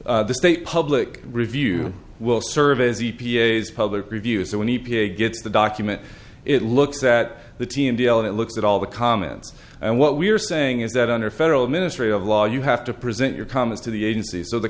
be the state public review will serve as e p a s public review so when he gets the document it looks at the t l and it looks at all the comments and what we're saying is that under federal ministry of law you have to present your comments to the agency so the